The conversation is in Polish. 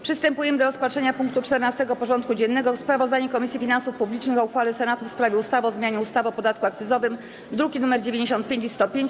Przystępujemy do rozpatrzenia punktu 14. porządku dziennego: Sprawozdanie Komisji Finansów Publicznych o uchwale Senatu w sprawie ustawy o zmianie ustawy o podatku akcyzowym (druki nr 95 i 105)